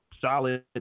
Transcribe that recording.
solid